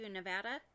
Nevada